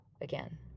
again